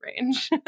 range